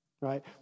right